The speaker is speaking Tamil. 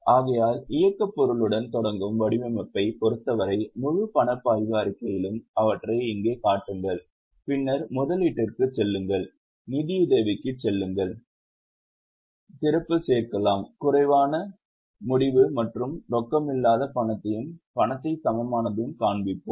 ஆகையால் இயக்கப் பொருளுடன் தொடங்கும் வடிவமைப்பைப் பொறுத்தவரை முழு பணப்பாய்வு அறிக்கையிலும் அவற்றை இங்கே காட்டுங்கள் பின்னர் முதலீட்டிற்குச் செல்லுங்கள் நிதியுதவிக்குச் செல்லுங்கள் திறப்பு சேர்க்கலாம் குறைவான மூடல் மற்றும் ரொக்கமில்லாத பணத்தையும் பணத்தையும் சமமானதாகக் காண்பிப்போம்